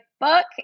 book